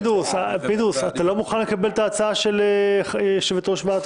אני יודעת שהם ביקשו את זה במיוחד בוועדת